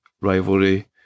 rivalry